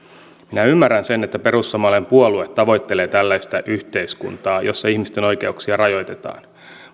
minä ymmärrän sen että perussuomalainen puolue tavoittelee tällaista yhteiskuntaa jossa ihmisten oikeuksia rajoitetaan